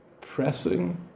pressing